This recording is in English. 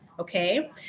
okay